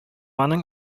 аның